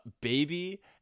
baby